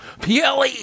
PLE